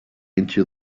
into